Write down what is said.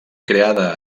creada